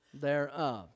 thereof